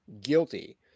guilty